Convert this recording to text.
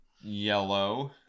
yellow